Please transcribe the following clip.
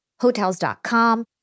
Hotels.com